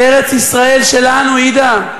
ארץ-ישראל שלנו, עאידה.